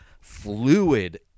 fluid